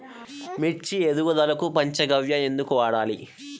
మిర్చి ఎదుగుదలకు పంచ గవ్య ఎందుకు వాడాలి?